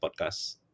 podcast